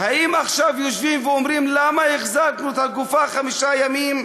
האם מישהו עכשיו יושבים ואומרים: למה החזקנו את הגופה חמישה ימים?